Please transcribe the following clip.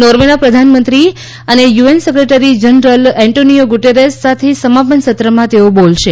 નોર્વેના પ્રધાનમંત્રી અને UN secretary general Antonio Guterres સાથે સમાપન સત્રમાં તેઓ બોલશે